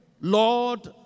Lord